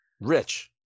rich